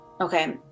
Okay